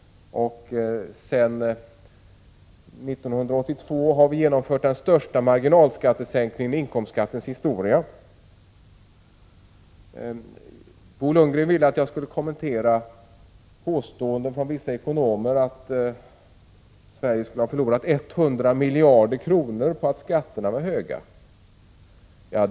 Sedan 1982 har vi genomfört den största marginalskattesänkningen i inkomstskattens historia. Bo Lundgren vill att jag skall kommentera påståenden från vissa ekonomer om att Sverige skulle ha förlorat 100 miljarder kronor på att skatterna var höga.